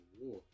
war